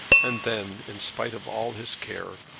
and then, in spite of all his care,